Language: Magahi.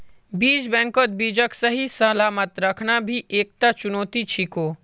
बीज बैंकत बीजक सही सलामत रखना भी एकता चुनौती छिको